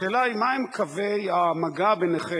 השאלה היא מה הם קווי המגע ביניכם